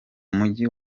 mujyi